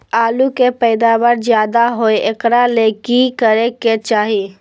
आलु के पैदावार ज्यादा होय एकरा ले की करे के चाही?